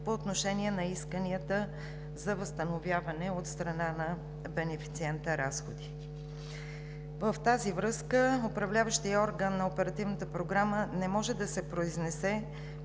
по отношение на исканията за възстановяване от страна на бенефициента разходи. В тази връзка Управляващият орган на Оперативната програма